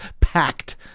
packed